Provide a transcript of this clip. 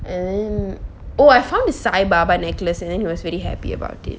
and oh I found his sai baba necklace and then he was very happy about it